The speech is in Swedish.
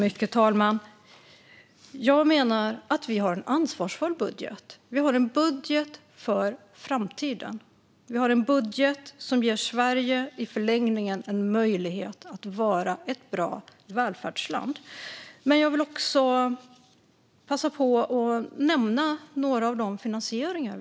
Fru talman! Jag menar att Vänsterpartiet har en ansvarsfull budget - en budget för framtiden. Vi har en budget som i förlängningen ger Sverige en möjlighet att vara ett bra välfärdsland. Jag vill också passa på att nämna något om finansieringen.